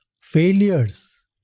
failures